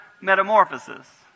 metamorphosis